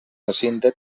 recinte